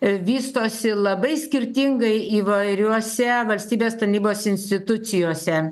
vystosi labai skirtingai įvairiuose valstybės tarnybos institucijose